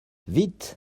vite